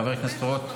חבר הכנסת רוט.